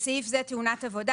בסעיף זה "תאונת עבודה",